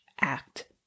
act